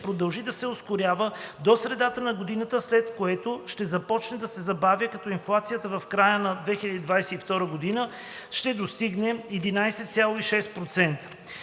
продължи да се ускорява до средата на годината, след което ще започне да се забавя, като инфлацията в края на 2022 г. ще достигне 11,6%.